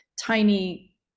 tiny